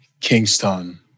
Kingston